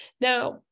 Now